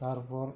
তারপর